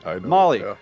Molly